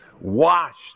washed